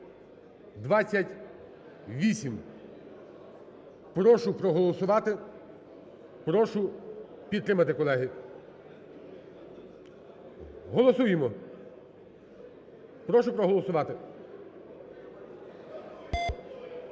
Прошу проголосувати, прошу підтримати, колеги. Голосуємо! Прошу проголосувати.